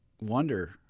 wonder